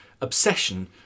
obsession